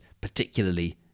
particularly